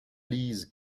lise